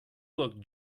look